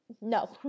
no